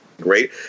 great